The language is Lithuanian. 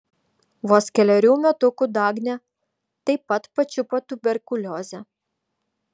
vos kelerių metukų dagnę taip pat pačiupo tuberkuliozė